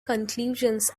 conclusions